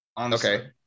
Okay